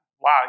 wow